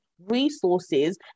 resources